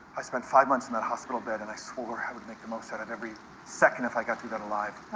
i spent five months in that hospital bed, and i swore i would make the most out of every second if i got through that alive.